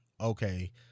okay